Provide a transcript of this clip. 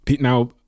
Now